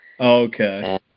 Okay